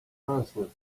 answered